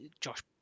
Josh